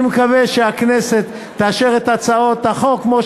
אני מקווה שהכנסת תאשר את הצעות החוק כמו